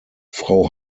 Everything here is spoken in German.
frau